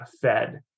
Fed